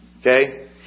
Okay